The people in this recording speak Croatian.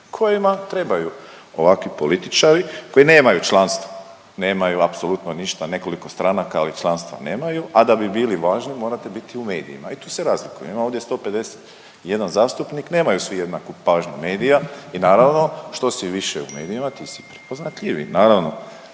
kojima trebaju ovakvi političari koji nemaju članstvo, nemaju apsolutno ništa, nekoliko stranaka, ali članstva nemaju, a da bi bili važni, morate biti u medijima i tu se razlikujemo. Imamo ovdje 151 zastupnik, nemaju svi jednaku pažnju medija i naravno, što si više u medijima, to si prepoznatljiviji,